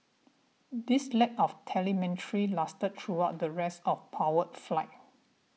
this lack of telemetry lasted throughout the rest of powered flight